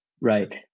right